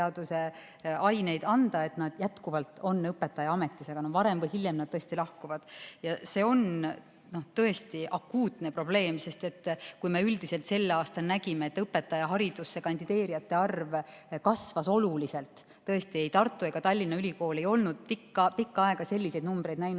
aineid anda, et nad jätkuvalt on õpetajaametis. Aga varem või hiljem nad tõesti lahkuvad. See on akuutne probleem. Kui me üldiselt sel aastal nägime, et õpetajaharidusse kandideerijate arv kasvas oluliselt – tõesti ei Tartu Ülikool ega Tallinna Ülikool ei olnud pikka aega selliseid numbreid näinud,